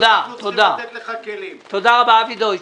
אבי דויטש.